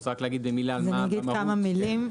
אומר כמה מילים.